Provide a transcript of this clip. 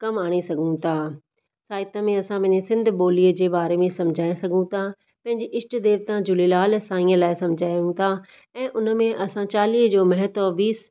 कमु आणे सघूं था साहित्य में असां पंहिंजी सिंध ॿोलीअ जे बारे में समुझाए सघूं था पंहिंजी इष्ट देवता झूलेलाल साईंअ लाइ समुझायूं था ऐं उन में असां चालीय जो महत्व बि